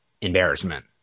embarrassment